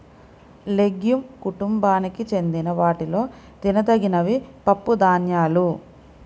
legume కుటుంబానికి చెందిన వాటిలో తినదగినవి పప్పుధాన్యాలు